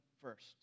first